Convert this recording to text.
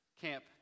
camp